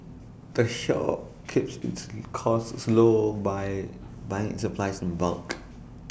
the shop keeps its costs low by buying its supplies in bulk